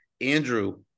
Andrew